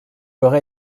aurais